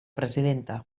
presidenta